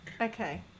Okay